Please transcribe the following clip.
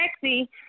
sexy